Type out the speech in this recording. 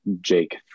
Jake